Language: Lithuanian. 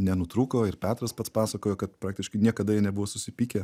nenutrūko ir petras pats pasakojo kad praktiškai niekada jie nebuvo susipykę